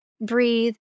breathe